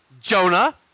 Jonah